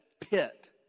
pit